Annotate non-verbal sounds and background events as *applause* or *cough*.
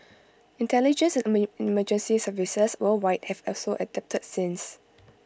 intelligence and *unintelligible* emergency services worldwide have also adapted since